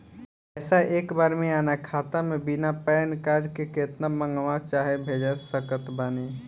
पैसा एक बार मे आना खाता मे बिना पैन कार्ड के केतना मँगवा चाहे भेज सकत बानी?